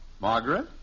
Margaret